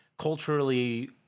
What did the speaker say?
Culturally